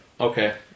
Okay